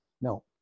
No